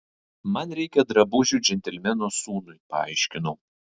man reikia drabužių džentelmeno sūnui paaiškinau